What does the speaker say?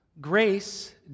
Grace